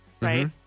Right